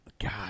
God